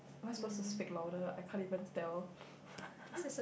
am I supposed to speak louder I can't even tell